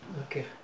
Okay